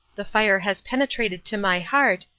the fire has penetrated to my heart,